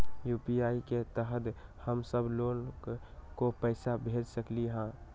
UPI के तहद हम सब लोग को पैसा भेज सकली ह?